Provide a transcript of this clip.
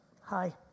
Hi